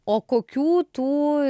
o kokių tų